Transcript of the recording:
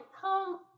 come